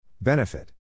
Benefit